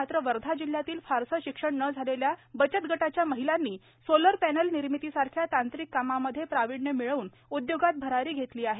मात्र वर्धा जिल्हयातील फारसे शिक्षण न झालेल्या बचत गटाच्या महिलांनी सोलर पॅनल निर्मितीसारख्या तांत्रिक कामामध्ये प्राविण्य मिळवून उदयोगात भरारी घेतली आहे